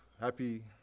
happy